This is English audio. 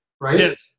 right